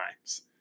times